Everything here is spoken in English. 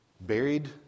Buried